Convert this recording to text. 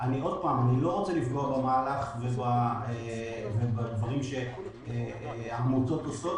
אני לא רוצה לפגוע במהלך ובדברים שהעמותות עושות,